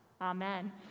Amen